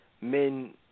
men